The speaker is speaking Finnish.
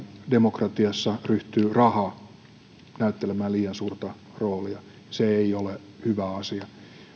demokratiassa ryhtyy raha näyttelemään liian suurta roolia se ei ole hyvä asia